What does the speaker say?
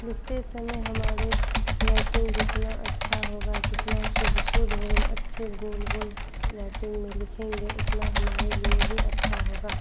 लिखते समय हमारी राइटिंग जितनी अच्छी होगी जितना शुद्ध शुद्ध और हम अच्छे गोल गोल राइटिंग में लिखेंगे उतना हमारे लिए भी अच्छा होगा